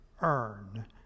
earn